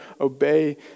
obey